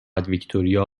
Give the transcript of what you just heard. ویکتوریا